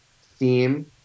theme